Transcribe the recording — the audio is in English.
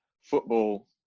football